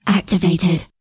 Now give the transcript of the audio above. Activated